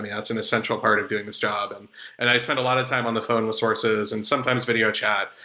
that's and essential part of doing this job. and and i spend a lot of time on the phone with sources and sometimes video chat.